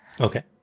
Okay